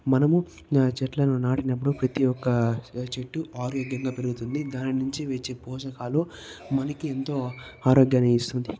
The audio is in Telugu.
మనము చెట్లను నాటినప్పుడు ప్రతి ఒక్క చెట్టు ఆరోగ్యంగా పెరుగుతుంది దాని నుంచి వచ్చే పోషకాలు మనకి ఎంతో ఆరోగ్యాన్ని ఇస్తుంది